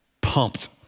pumped